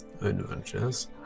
adventures